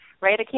Right